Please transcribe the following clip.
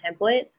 templates